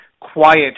quiet